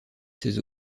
ses